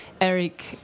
Eric